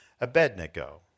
Abednego